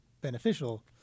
beneficial